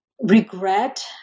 regret